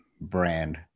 brand